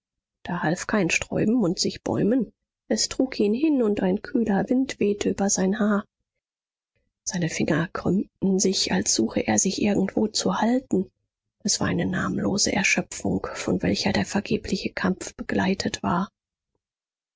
da half kein sträuben und sichbäumen es trug ihn hin und ein kühler wind wehte über sein haar seine finger krümmten sich als suche er sich irgendwo zu halten es war eine namenlose erschöpfung von welcher der vergebliche kampf begleitet war